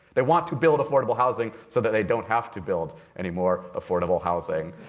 they want to build affordable housing so that they don't have to build any more affordable housing.